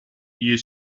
you